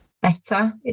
better